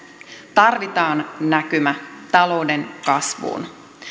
tarvitaan näkymä talouden kasvuun